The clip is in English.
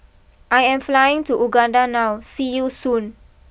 I am flying to Uganda now see you Soon